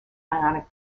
ionic